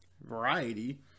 variety